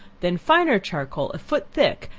then finer charcoal a foot thick,